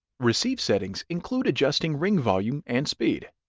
receive settings include adjusting ring volume and speed,